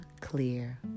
clear